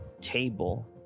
table